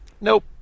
Nope